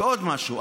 ועוד משהו,